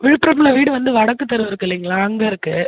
விழுப்புரம்ல வீடு வந்து வடக்கு தெரு இருக்கு இல்லைங்களா அங்கே இருக்கு